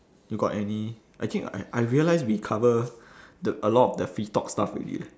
you got any actually I I realise we cover the a lot of the free talk stuff already leh